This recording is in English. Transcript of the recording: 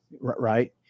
right